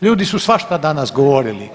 Ljudi su svašta danas govorili.